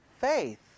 faith